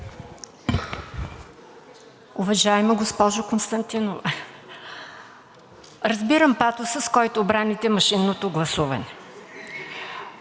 Уважаема госпожо Константинова, разбирам патосът, с който браните машинното гласуване.